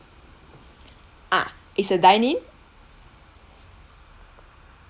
ah it's a dine in